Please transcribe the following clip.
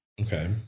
Okay